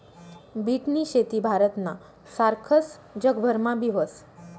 बीटनी शेती भारतना सारखस जगभरमा बी व्हस